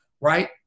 Right